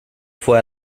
fue